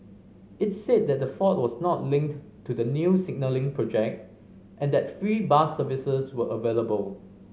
it's said that the fault was not linked to the new signalling project and that free bus services were available